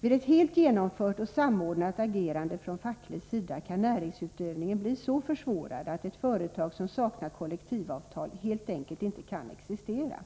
Vid ett helt genomfört samordnat agerande från facklig sida kan näringsutövningen bli så försvårad att ett företag som saknar kollektivavtal helt enkelt inte kan existera.